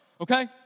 Okay